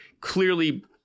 Clearly